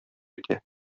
итә